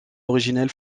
originelle